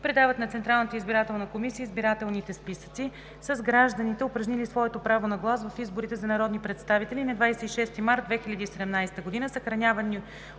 предават на Централната избирателна комисия избирателните списъци с гражданите, упражнили своето право на глас в изборите за народни представители на 26 март 2017 г.,